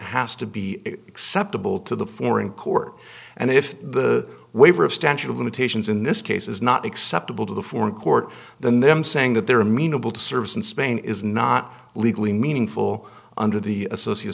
has to be acceptable to the foreign court and if the waiver of statute of limitations in this case is not acceptable to the foreign court then them saying that there are meaningful to service in spain is not legally meaningful under the associate